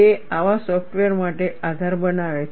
તે આવા સોફ્ટવેર માટે આધાર બનાવે છે